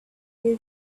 your